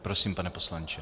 Prosím, pane poslanče.